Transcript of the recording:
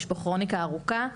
יש פה כרוניקה ארוכה.